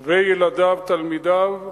וילדיו, תלמידיו,